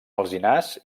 alzinars